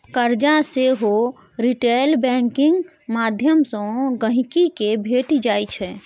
करजा सेहो retail banking माध्यमसँ गांहिकी केँ भेटि जाइ छै